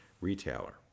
retailer